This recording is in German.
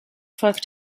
volk